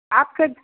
आपके